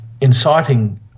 inciting